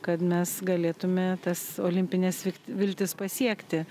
kad mes galėtume tas olimpines vikt viltis pasiekti